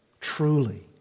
truly